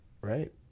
right